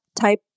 type